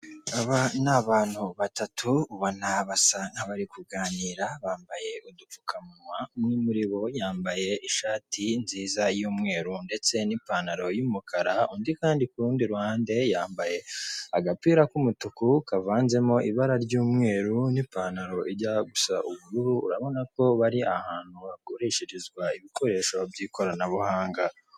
Aba ni abantu batatu ubona basa naho bari kuganira bambaye udupfukamunwa. Umwe muri bo yambaye ishati nziza y'umweru ndetse n'ipantaro y'umukara undi kandi kurundi ruhande yambaye agapira k'umutuku kavanzemo ibara ry'umweru n'ipantaro ijya gusa ubururu, urabonako bari ahantu hakoresherezwa ibikoresho by'ikoranabuhanga.